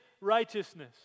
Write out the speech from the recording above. righteousness